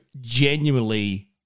genuinely